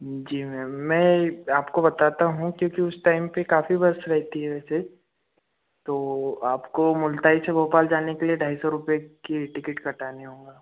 जी ma'am मैं आपको बताता हूँ क्योंकि उस टाइम पर काफ़ी बस रहती है वहाँ पर तो आपको मुलताई से भोपाल जाने के लिए ढाई सौ रुपये की टिकट काटने होगा